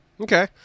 Okay